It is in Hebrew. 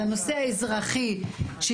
על הנושא האזרחי ש